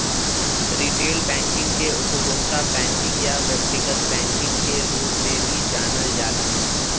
retail banking के उपभोक्ता banking या व्यक्तिगत बैंकिंग के रूप में भी जानल जाला